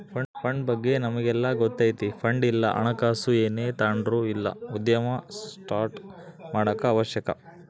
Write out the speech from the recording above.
fund ಬಗ್ಗೆ ನಮಿಗೆಲ್ಲ ಗೊತ್ತತೆ ಫಂಡ್ ಇಲ್ಲ ಹಣಕಾಸು ಏನೇ ತಾಂಡ್ರು ಇಲ್ಲ ಉದ್ಯಮ ಸ್ಟಾರ್ಟ್ ಮಾಡಾಕ ಅವಶ್ಯಕ